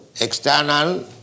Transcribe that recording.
External